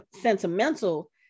sentimental